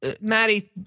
Maddie